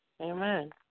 Amen